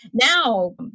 Now